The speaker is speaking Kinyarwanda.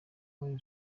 muri